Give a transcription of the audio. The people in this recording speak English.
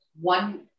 one